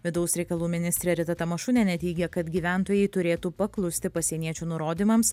vidaus reikalų ministrė rita tamašunienė teigė kad gyventojai turėtų paklusti pasieniečių nurodymams